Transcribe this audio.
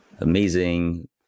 amazing